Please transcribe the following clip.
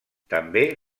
també